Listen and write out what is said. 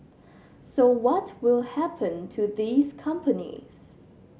so what will happen to these companies